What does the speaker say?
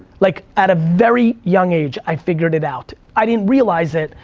like, at a very young age, i figured it out. i didn't realize it,